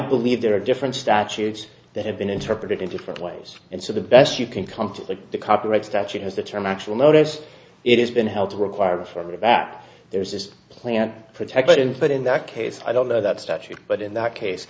believe there are different statutes that have been interpreted in different ways and so the best you can come to the copyright statute is the term actual notice it has been held to require for that there's this plant protected but in that case i don't know that statute but in that case